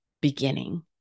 beginning